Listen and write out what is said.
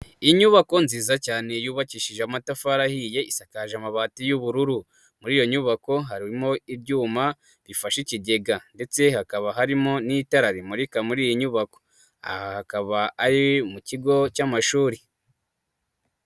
Inyubako nziza cyane yubakishije amatafari ahiye, isakaje amabati y'ubururu, muri iyo nyubako harimo ibyuma bifashe ikigega ndetse hakaba harimo n'itara rimurika muri iyi nyubako, aha hakaba ari mu kigo cy'amashuri.